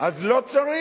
אז לא צריך,